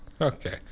Okay